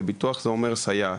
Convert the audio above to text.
וביטוח זה אומר סייעת.